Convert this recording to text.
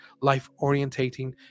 life-orientating